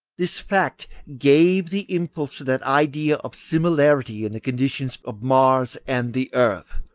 this fact gave the impulse to that idea of similarity in the conditions of mars and the earth,